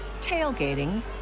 tailgating